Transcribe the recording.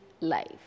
life